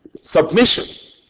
submission